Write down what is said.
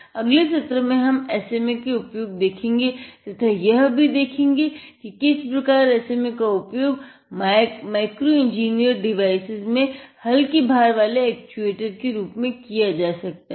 अगले सत्र में हम SMA के उपयोग देखेंगे तथा यह भी देखेंगे कि किस प्रकार SMA का उपयोग माइक्रोइंजीनियर्ड डिवाइसेस में हल्के भार वाले एक्चुएटर के रूप में किया जा सकता है